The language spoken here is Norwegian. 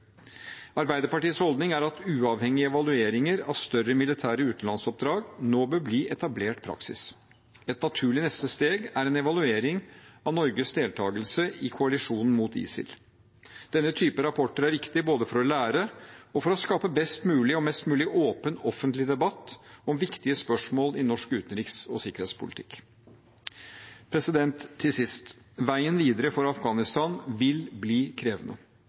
Arbeiderpartiets holdning er at uavhengige evalueringer av større militære utenlandsoppdrag nå bør bli etablert praksis. Et naturlig neste steg er en evaluering av Norges deltakelse i koalisjonen mot ISIL. Denne typen rapporter er viktig både for å lære og for å skape best mulig og mest mulig åpen offentlig debatt om viktige spørsmål i norsk utenriks- og sikkerhetspolitikk. Til sist: Veien videre for Afghanistan vil bli krevende.